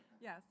Yes